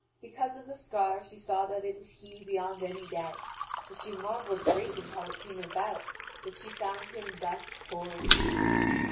because of the scar she saw that it was he beyond any doubt but she marvelled greatly how it came about that she found him thus poor and stripped.